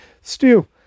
Stu